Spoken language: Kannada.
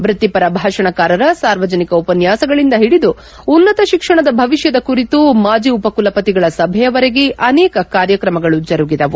ವೃತ್ತಿಪರ ಭಾಷಣಕಾರರ ಸಾರ್ವಜನಿಕ ಉಪನ್ಯಾಸಗಳಿಂದ ಹಿಡಿದು ಉನ್ನತ ಶಿಕ್ಷಣದ ಭವಿಷ್ಠದ ಕುರಿತು ಮಾಜಿ ಉಪಕುಲಪತಿಗಳ ಸಭೆಯವರೆಗೆ ಅನೇಕ ಕಾರ್ಯಕ್ರಮಗಳು ಜರುಗಿದವು